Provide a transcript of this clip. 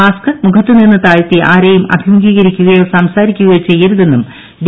mask മുഖത്തു നിന്ന് താഴ്ത്തി ആരെയും അഭിമുഖീകരിക്കുകയോ സംസാരിക്കുകയോ ചെയ്യരുതെന്നും ഡി